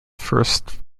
first